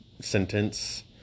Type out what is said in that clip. sentence